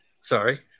Sorry